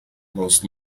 los